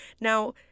Now